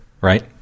Right